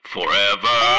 Forever